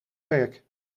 werk